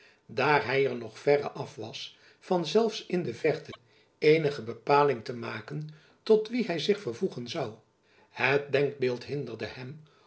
daar hy er nog verre af was van zelfs in de verte eenige jacob van lennep elizabeth musch bepaling te maken tot wien hy zich vervoegen zoû het denkbeeld hinderde hem